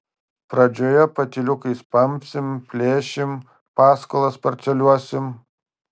pradžioje patyliukais pampsim plėšim paskolas parceliuosim